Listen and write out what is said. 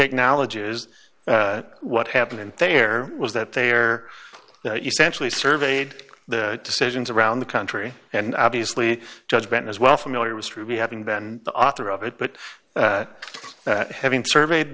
acknowledges what happened there was that they are essentially surveyed the decisions around the country and obviously judgement as well familiar with ruby having been the author of it but having surveyed